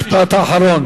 משפט אחרון.